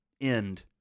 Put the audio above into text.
end